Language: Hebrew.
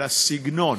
על הסגנון,